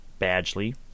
Badgley